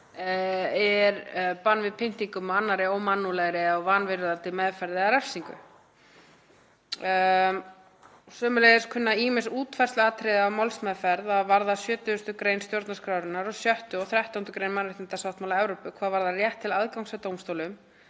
á, bann við pyndingum og annarri ómannúðlegri eða vanvirðandi meðferð eða refsingu. Sömuleiðis kunna ýmis útfærsluatriði á málsmeðferð að varða 70. gr. stjórnarskrárinnar og 6. og 13. gr. mannréttindasáttmála Evrópu hvað varðar rétt til aðgangs að dómstólum,